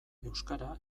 euskara